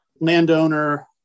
Landowner